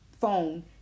phone